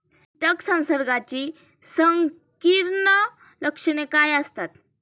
कीटक संसर्गाची संकीर्ण लक्षणे काय असतात?